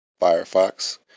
Firefox